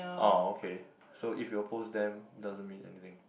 oh okay so if you oppose them doesn't mean anything